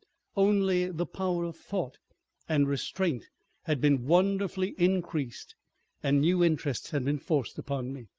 only the power of thought and restraint had been wonderfully increased and new interests had been forced upon me.